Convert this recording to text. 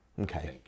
Okay